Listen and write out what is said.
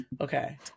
Okay